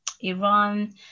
Iran